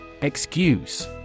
Excuse